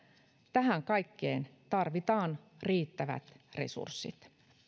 tähän kaikkeen tarvitaan riittävät resurssit